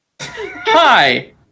Hi